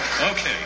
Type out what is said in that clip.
Okay